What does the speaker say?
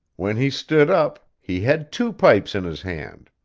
when he stood up, he had two pipes in his hand.